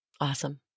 Awesome